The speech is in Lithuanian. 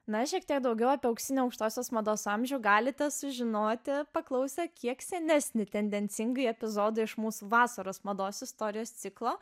na šiek tiek daugiau apie auksinį aukštosios mados amžių galite sužinoti paklausę kiek senesnį tendencingai epizodą iš mūsų vasaros mados istorijos ciklo